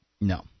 No